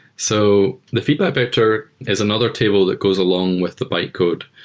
so the feedback vector is another table that goes along with the bytecode,